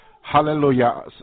Hallelujah